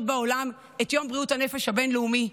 בעולם את יום בריאות הנפש הבין-לאומי,